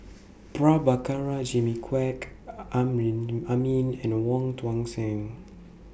Prabhakara Jimmy Quek Amrin Amin and Wong Tuang Seng